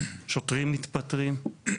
שוטרים מתפטרים,